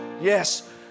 Yes